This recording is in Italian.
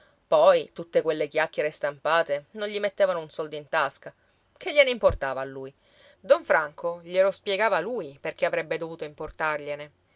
poi tutte quelle chiacchiere stampate non gli mettevano un soldo in tasca che gliene importava a lui don franco glielo spiegava lui perché avrebbe dovuto importargliene